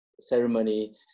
ceremony